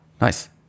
nice